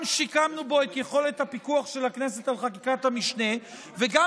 גם שיקמנו בו את יכולת הפיקוח על חקיקת המשנה וגם